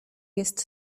jest